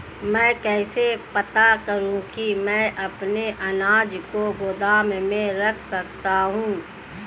मैं कैसे पता करूँ कि मैं अपने अनाज को गोदाम में रख सकता हूँ?